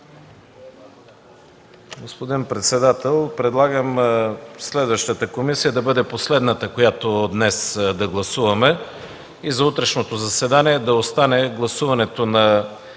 Господин председател, предлагам следващата комисия да бъде последната, която днес да гласуваме. За утрешното заседание да остане гласуването на